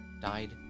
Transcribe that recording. died